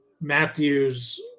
Matthew's